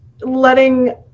letting